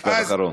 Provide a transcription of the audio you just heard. משפט אחרון.